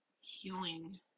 healing